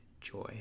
joy